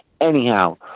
Anyhow